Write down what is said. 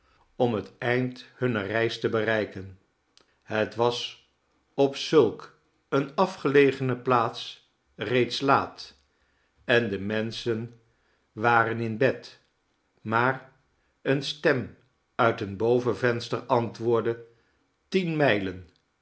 om het eind hunner reis te bereiken het was op zulk eene afgelegene plaats reeds laat en de menschen waren in bed maar eene stem uit een bovenvenster antwoordde tien mijlen